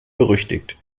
berüchtigt